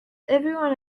everyone